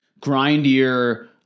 grindier